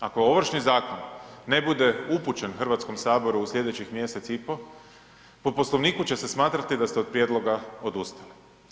Ako Ovršni zakon ne bude upućen HS-u u sljedećih mjesec i pol po Poslovniku će se smatrati da ste od prijedloga odustali.